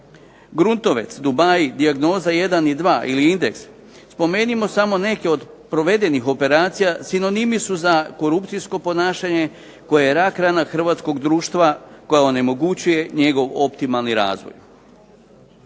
Gruntovec, Dubai, dijagnoza jedan i dva ili Indeks, spomenimo samo neke od provedenih operacija, sinonimi su za korupcijsko ponašanje koje je rak rana hrvatskog društva, koja onemogućuje njegov optimalni razvoj.